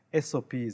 SOPs